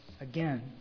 again